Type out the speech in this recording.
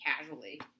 casually